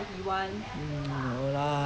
five six kid or seven eight kid like that